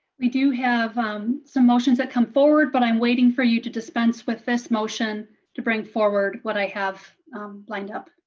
we do have um some motions that have come forward but i'm waiting for you to dispense with this motion to bring forward what i have lined up.